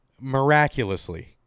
Miraculously